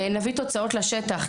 ונביא לתוצאות בשטח,